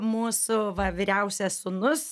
mūsų va vyriausias sūnus